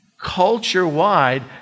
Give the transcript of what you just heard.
culture-wide